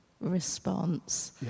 response